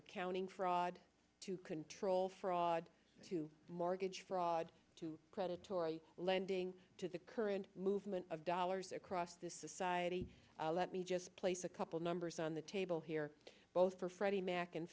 accounting fraud to control fraud to mortgage fraud to predatory lending to the current movement of dollars across this society let me just place a couple numbers on the table here both for freddie mac and